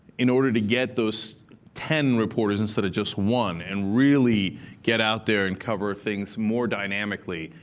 in order to get those ten reporters instead of just one, and really get out there and cover things more dynamically,